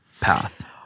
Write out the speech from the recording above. path